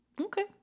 Okay